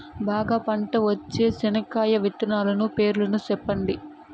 బాగా పంట వచ్చే చెనక్కాయ విత్తనాలు పేర్లు సెప్పండి?